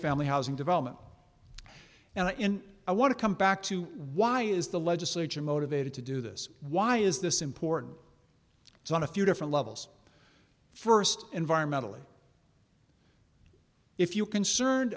family housing development and in i want to come back to why is the legislature motivated to do this why is this important so on a few different levels first environmentally if you concerned